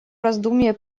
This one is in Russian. раздумье